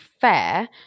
fair